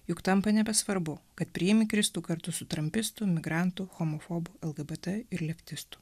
juk tampa nebesvarbu kad priimi kristų kartu su trampistų migrantų homofobų lgbt leftistų